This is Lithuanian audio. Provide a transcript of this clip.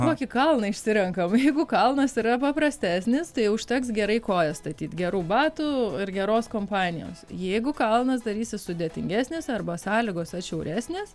kokį kalną išsirenkam jeigu kalnas yra paprastesnis tai užteks gerai kojas statyt gerų batų ir geros kompanijos jeigu kalnas darysis sudėtingesnės arba sąlygos atšiauresnės